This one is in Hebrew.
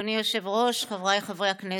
אדוני היושב-ראש, חבריי חברי הכנסת,